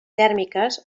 tèrmiques